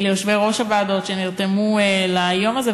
ליושבי-ראש הוועדות שנרתמו ליום הזה.